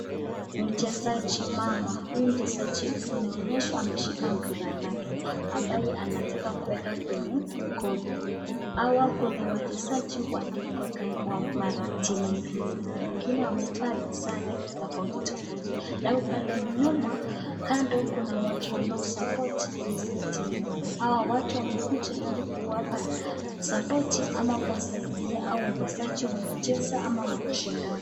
Mchezaji mama, huyu mchezaji inaonyesha ameshika mpira lake ambaye anataka kuweka kwenye koti. Hawa kuna wachezaji wa timu mbili wengine wamevaa sare tofauti tofauti alafu pale nyuma kando kuna watu wanaosapoti hizi timu hawa watu wamekuja ili kuwapa sapoti ama kuwasaidia hawa wachezaji wakicheza ama wakishindana.